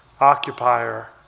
occupier